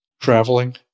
traveling